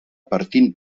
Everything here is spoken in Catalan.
partint